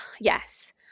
Yes